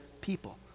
people